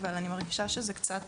אבל אני מרגישה שזה קצת,